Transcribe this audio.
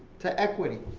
to equity,